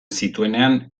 zituenean